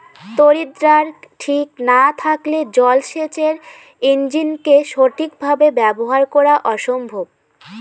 তড়িৎদ্বার ঠিক না থাকলে জল সেচের ইণ্জিনকে সঠিক ভাবে ব্যবহার করা অসম্ভব